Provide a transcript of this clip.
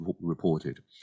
reported